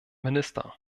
minister